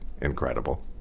incredible